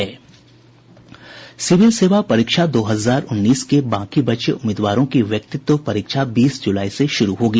civil सेवा परीक्षा दो हजार उन्नीस के बाकी बचे उम्मीदवारों की व्यक्तित्व परीक्षा बीस जुलाई से शुरू होगी